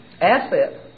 asset